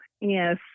Yes